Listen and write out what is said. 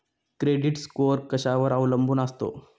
Credit score कशावर अवलंबून असतो?